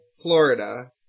Florida